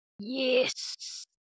Yes